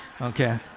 okay